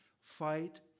Fight